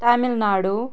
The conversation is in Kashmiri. تامِل ناڈوٗ